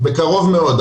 בקרוב מאוד.